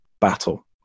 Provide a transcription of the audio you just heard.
battle